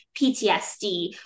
PTSD